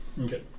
Okay